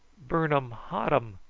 burn um hot um.